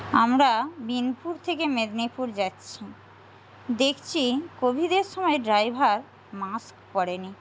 আমরা বিনপুর থেকে মেদিনীপুর যাচ্ছি দেখছি কোভিডের সময় ড্রাইভার মাস্ক পরে নি